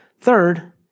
Third